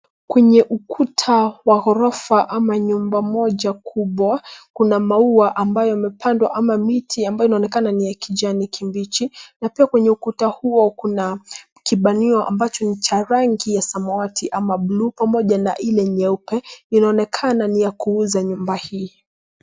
Kwenye ukuta wa ghorofa ama nyumba moja kubwa, kuna maua ambayo yamepandwa ama miti ambayo inaonekana kama ni ya kijani kibichi na pia kwenye ukuta huo kuna kibanio ambacho ni cha rangi ya samawati ama bluu pamoja na ile nyeupe. Inaonekana ni ya kuuza nyumba hii.